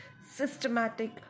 systematic